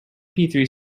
three